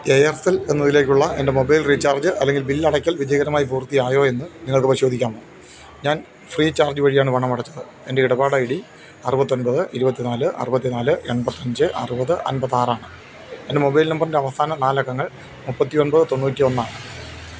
Aircel എന്നതിലേയ്ക്കുള്ള എൻ്റെ mobile recharge അല്ലെങ്കിൽ ബില്ലടയ്ക്കൽ വിജയകരമായി പൂർത്തിയായോയെന്ന് നിങ്ങൾക്ക് പരിശോധിക്കാമോ ഞാൻ ഫ്രീ ചാർജ് വഴിയാണ് പണമടച്ചത് എൻ്റെ ഇടപാട് ഐ ഡി അറുപത്തിയൊൻപത് ഇരുപത്തിനാല് അറുപത്തിനാല് എൺപ്പത്തിയഞ്ച് അറുപത് അൻപ്പത്തിയാറാണ് എൻ്റെ മൊബൈൽ നമ്പറിൻ്റെ അവസാന നാലക്കങ്ങൾ മുപ്പത്തിയൊൻപത് തൊണ്ണൂറ്റിയൊന്നാണ്